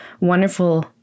wonderful